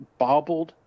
bobbled